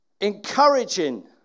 encouraging